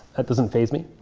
that doesn't faze me.